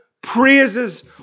praises